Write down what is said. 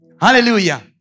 Hallelujah